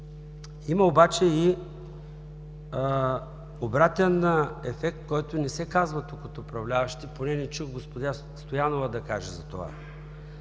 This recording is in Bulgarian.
Има обаче и обратен ефект, който не се казва тук от управляващите, поне не чух госпожа Стоянова да каже за това.